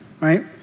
right